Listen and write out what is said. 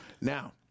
Now